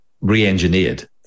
re-engineered